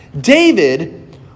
David